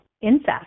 incest